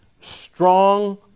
strong